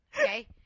Okay